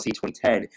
2010